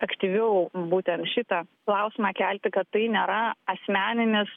aktyviau būtent šitą klausimą kelti kad tai nėra asmeninis